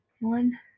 One